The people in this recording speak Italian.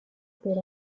per